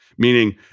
Meaning